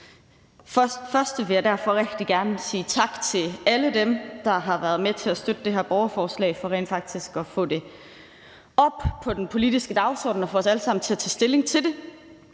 første vil jeg derfor rigtig gerne sige tak til alle dem, der har været med til at støtte det her borgerforslag i forhold til rent faktisk at få det op på den politiske dagsorden og få os alle sammen til at tage stilling til det.